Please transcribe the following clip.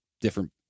different